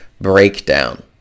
breakdown